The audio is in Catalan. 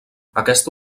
aquesta